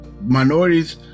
Minorities